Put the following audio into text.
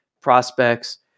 prospects